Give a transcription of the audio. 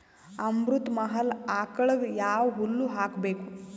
ಅಮೃತ ಮಹಲ್ ಆಕಳಗ ಯಾವ ಹುಲ್ಲು ಹಾಕಬೇಕು?